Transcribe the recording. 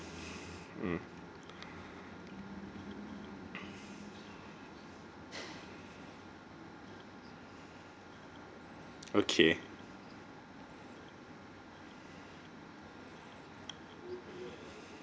mm okay